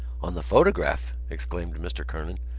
on the photograph! exclaimed mr. kernan.